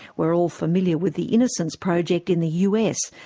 we're all familiar with the innocence project in the us,